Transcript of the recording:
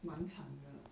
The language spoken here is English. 蛮惨的